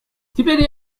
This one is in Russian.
теперь